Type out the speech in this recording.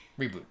Reboot